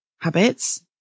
habits